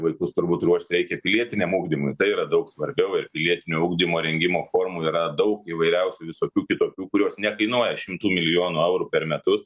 vaikus turbūt ruošt reikia pilietiniam ugdymui tai yra daug svarbiau ir pilietinio ugdymo rengimo formų yra daug įvairiausių visokių kitokių kurios nekainuoja šimtų milijonų eurų per metus